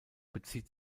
bezieht